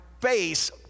face